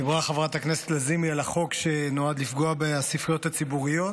דיברה חברת הכנסת לזימי על החוק שנועד לפגוע בספריות הציבוריות,